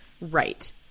Right